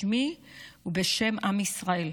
בשמי ובשם עם ישראל.